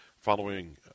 following